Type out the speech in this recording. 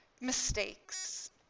mistakes